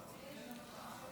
בבקשה.